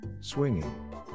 swinging